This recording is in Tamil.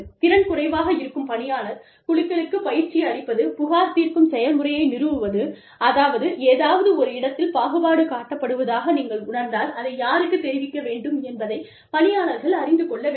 திறன் குறைவாக இருக்கும் பணியாளர் குழுக்களுக்கு பயிற்சி அளிப்பது புகார் தீர்க்கும் செயல்முறையை நிறுவுவது அதாவது ஏதாவது ஒரு இடத்தில் பாகுபாடு காட்டப்படுவதாக நீங்கள் உணர்ந்தால் அதை யாருக்குத் தெரிவிக்க வேண்டும் என்பதை பணியாளர்கள் அறிந்து கொள்ள வேண்டும்